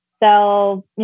sell